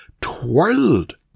twirled